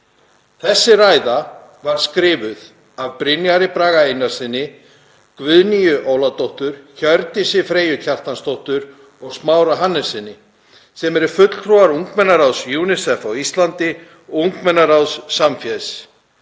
Þessi ræða var skrifuð af Brynjari Braga Einarssyni, Guðnýju Ólafsdóttur, Hjördísi Freyju Kjartansdóttur og Smára Hannessyni, sem eru fulltrúar ungmennaráðs UNICEF á Íslandi og ungmennaráðs Samfés.